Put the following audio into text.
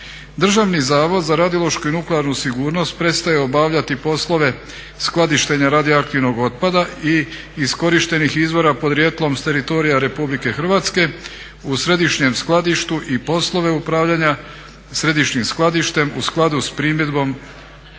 Državni zavod za radiološku i nuklearnu sigurnost prestaje obavljati poslove skladištenja radioaktivnog otpada i iskorištenih izvora podrijetlom s teritorija RH u središnjem skladištu i poslove upravljanja središnjim skladištem u skladu sa primjedbom Europske